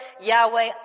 Yahweh